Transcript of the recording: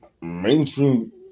mainstream